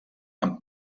amb